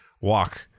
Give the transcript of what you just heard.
walk